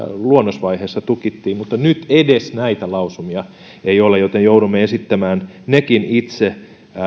luonnosvaiheessa tukittiin mutta edes näitä lausumia ei ole joten joudumme esittämään nekin itse